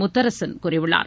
முத்தரசன் கூறியுள்ளார்